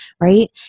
right